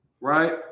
right